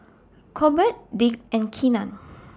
Colbert Dick and Keenan